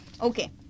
Okay